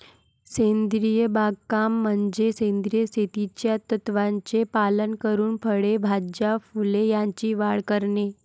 सेंद्रिय बागकाम म्हणजे सेंद्रिय शेतीच्या तत्त्वांचे पालन करून फळे, भाज्या, फुले यांची वाढ करणे